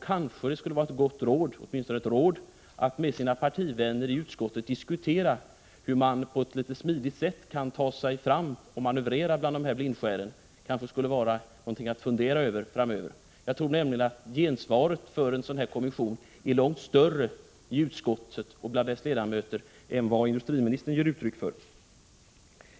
Kanske det skulle vara ett gott råd, åtminstone ett råd, att med sina partivänner i utskottet diskutera hur man på ett smidigt sätt kan ta sig fram och manövrera bland dessa blindskär. Kanske skulle detta vara någonting att fundera över framöver. Jag tror nämligen att gensvaret för en sådan kommission är långt större i utskottet och bland dess ledamöter än vad industriministern ger uttryck för.